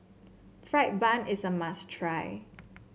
fried bun is a must try